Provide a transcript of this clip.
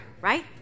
right